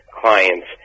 clients